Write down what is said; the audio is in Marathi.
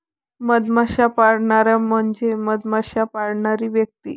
मधमाश्या पाळणारा म्हणजे मधमाश्या पाळणारी व्यक्ती